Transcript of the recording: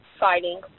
fighting